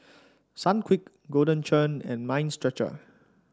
Sunquick Golden Churn and Mind Stretcher